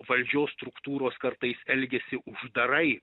valdžios struktūros kartais elgiasi uždarai